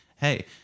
hey